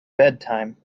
bedtime